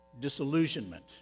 disillusionment